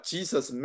Jesus